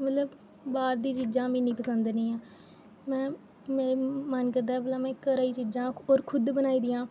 मतलब बाह्र दियां चीज़ां मिगी इ'न्नियां पसंद निं ऐ में मेरा मन करदा भला में घरै दियां चीज़ां होर खुद बनाई दियां